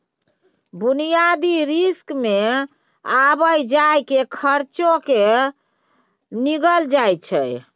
बुनियादी रिस्क मे आबय जाय केर खर्चो केँ गिनल जाय छै